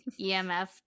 EMF